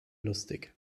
lustig